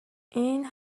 این